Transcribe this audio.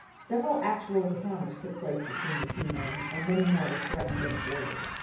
several actual encounters took place between the two men, and many more were threatened and avoided.